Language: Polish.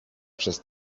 przez